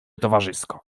towarzysko